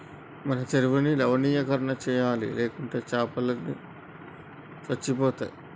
మన చెరువుని లవణీకరణ చేయాలి, లేకుంటే చాపలు అన్ని చనిపోతయ్